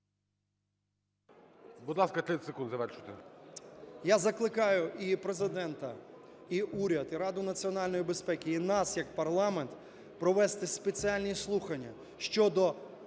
Я закликаю і Президента, і уряд, і Раду національної безпеки, і нас як парламент провести спеціальні слухання щодо